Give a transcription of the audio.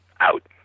Out